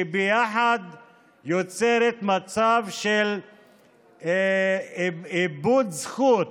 וביחד הן יוצרות מצב של איבוד זכות